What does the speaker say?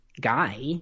guy